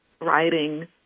writing